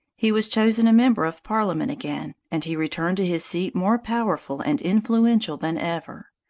he was chosen a member of parliament again, and he returned to his seat more powerful and influential than ever.